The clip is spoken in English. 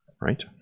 Right